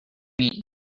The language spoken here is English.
meet